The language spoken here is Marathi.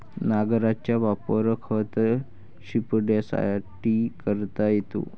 नांगराचा वापर खत शिंपडण्यासाठी करता येतो